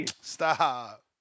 Stop